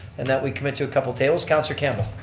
and that we commit to a couple tables. councillor campbell.